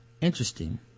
Interesting